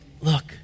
Look